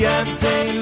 empty